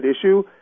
issue